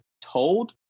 told